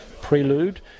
Prelude